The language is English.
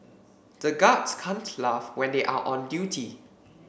the guards can't laugh when they are on duty